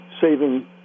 saving